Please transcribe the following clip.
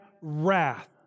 wrath